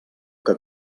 que